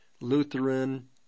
Lutheran